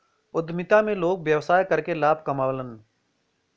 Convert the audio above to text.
उद्यमिता में लोग व्यवसाय करके लाभ कमावलन